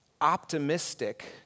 optimistic